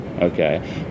okay